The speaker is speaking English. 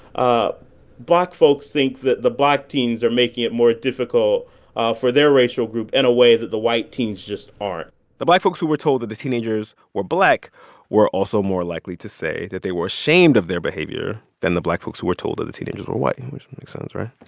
um black folks think that the black teens are making it more difficult for their racial group in a way that the white teens just aren't the black folks who were told that the teenagers were black were also more likely to say that they were ashamed of their behavior than the black folks who were told that the teenagers were white, which makes sense, right?